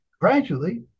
Gradually